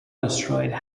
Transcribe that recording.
destroyed